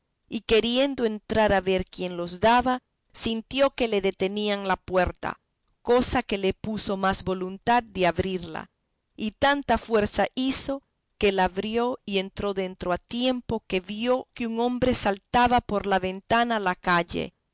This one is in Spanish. y queriendo entrar a ver quién los daba sintió que le detenían la puerta cosa que le puso más voluntad de abrirla y tanta fuerza hizo que la abrió y entró dentro a tiempo que vio que un hombre saltaba por la ventana a la calle